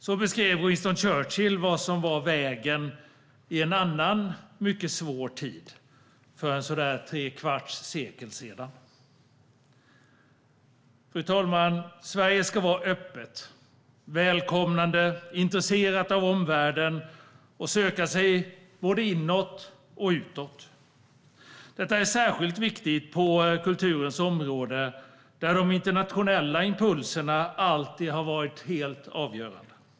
Så beskrev Winston Churchill vad som var vägen i en annan mycket svår tid för tre kvarts sekel sedan. Sverige ska vara öppet, välkomnande och intresserat av omvärlden och söka sig både inåt och utåt. Detta är särskilt viktigt på kulturens område där de internationella impulserna alltid har varit avgörande.